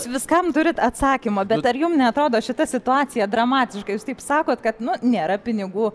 viskam turit atsakymą bet ar jum neatrodo šita situacija dramatiška jūs taip sakot kad nu nėra pinigų